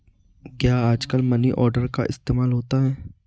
क्या आजकल money order का इस्तेमाल होता है?